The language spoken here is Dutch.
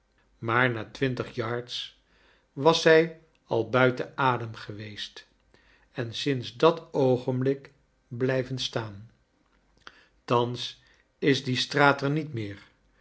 maar na twintig yards was zij al buiten adem geweest en sinds dat oogenblik biijven staan thans is die straat er niet meer